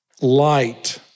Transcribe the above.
light